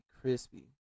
crispy